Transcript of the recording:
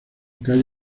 calle